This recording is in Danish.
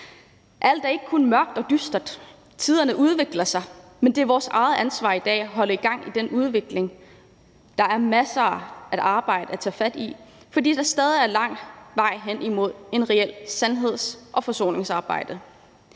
Alt er ikke kun mørkt og dystert. Tiderne udvikler sig, men det er vores eget ansvar i dag at holde gang i den udvikling. Der er masser af arbejde at tage fat i, fordi der stadig er lang vej hen imod et reelt sandheds- og forsoningsarbejde.